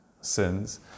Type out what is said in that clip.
sins